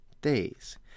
days